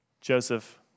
Joseph